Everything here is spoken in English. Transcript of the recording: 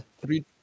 Three